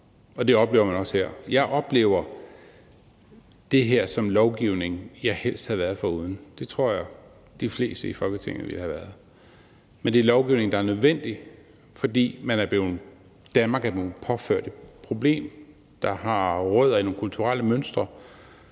og det oplever man også her. Jeg oplever det her som lovgivning, jeg helst havde været foruden; det tror jeg de fleste i Folketinget ville have været. Men det er lovgivning, der er nødvendig, fordi Danmark er blevet påført et problem, der har rødder i nogle kulturelle mønstre,